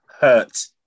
hurt